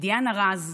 דיאנה רז,